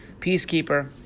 Peacekeeper